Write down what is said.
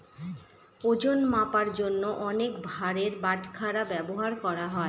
ওজন মাপার জন্য অনেক ভারের বাটখারা ব্যবহার করা হয়